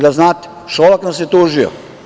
Da znate, Šolak nas je tužio.